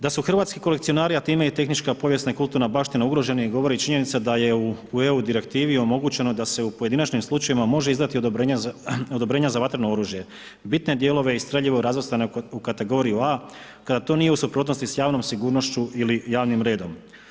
Da su hrvatski kolekcionari, a time i tehnička povijesna i kulturna baština ugroženi govori činjenica da je u EU direktivi omogućeno da se u pojedinačnim slučajevima može izdati odobrenja za vatreno oružje, bitne dijelove i streljivo razvrstane u kategoriju A kada to nije u suprotnosti sa javnom sigurnošću ili javnim redom.